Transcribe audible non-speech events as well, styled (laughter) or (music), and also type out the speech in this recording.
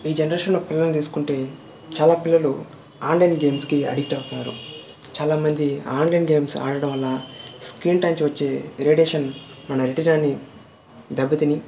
ఈ జనరేషన్లో పిల్లలు తీసుకుంటే చాలా పిల్లలు ఆన్లైన్ గేమ్స్కి అడిక్ట్ అవుతారు చాలామంది ఆన్లైన్ గేమ్స్ ఆడడం వల్ల స్క్రీన్ (unintelligible) వచ్చే రేడియేషన్ మన రెటీనాని దెబ్బతిని